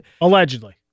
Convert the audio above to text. Allegedly